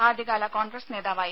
ആദ്യകാല കോൺഗ്രസ് നേതാവായിരുന്നു